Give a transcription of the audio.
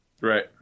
Right